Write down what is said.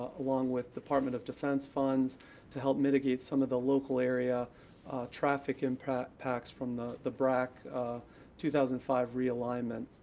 along with department of defense funds to help mitigate some of the local area traffic impacts from the the brac two thousand and five realignment